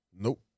Nope